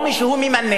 או מי שהוא ממנה,